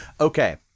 Okay